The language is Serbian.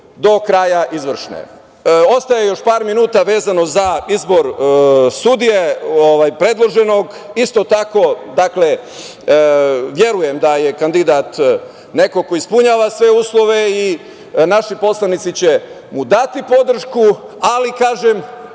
do kraja izvršne. Ostaje još par minuta vezano za izbor sudije predloženog. Isto tako verujem da je kandidat neko ko ispunjava sve uslove i naši poslanici će mu dati podršku. Ali opet,